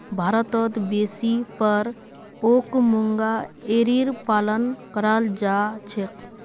भारतत बेसी पर ओक मूंगा एरीर पालन कराल जा छेक